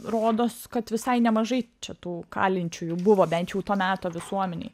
rodos kad visai nemažai čia tų kalinčiųjų buvo bent jau to meto visuomenėj